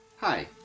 Hi